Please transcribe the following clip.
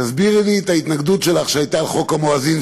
תסבירי לי את ההתנגדות שלך שהייתה לחוק המואזין,